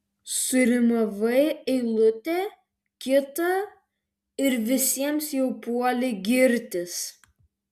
surimavai eilutę kitą ir visiems jau puoli girtis